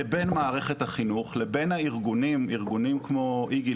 לבין מערכת החינוך ולבין ארגונים כמו איג"י.